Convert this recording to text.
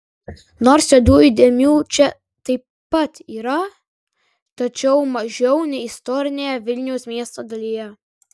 nors juodųjų dėmių čia taip pat yra tačiau mažiau nei istorinėje vilniaus miesto dalyje